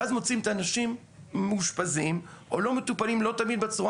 ואז מוצאים את האנשים מאושפזים מטופלים לא תמיד בצורה